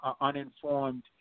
uninformed